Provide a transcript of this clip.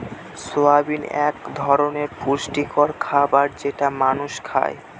soybean এক ধরনের পুষ্টিকর খাবার যেটা মানুষ খায়